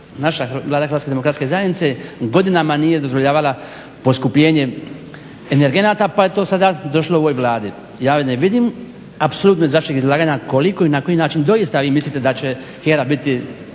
demokratske zajednice godinama nije dozvoljavala poskupljenje energenata pa je to sada došlo ovoj Vladi. Ja ne vidim apsolutno iz vašeg izlaganja koliko i na koji način doista vi mislite da će HERA biti